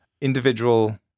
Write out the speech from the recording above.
individual